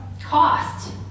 cost